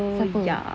siapa